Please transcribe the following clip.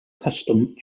custom